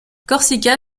corsican